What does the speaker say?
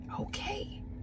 okay